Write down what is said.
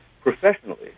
professionally